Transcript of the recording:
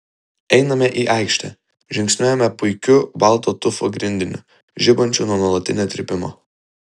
einame į aikštę žingsniuojame puikiu balto tufo grindiniu žibančiu nuo nuolatinio trypimo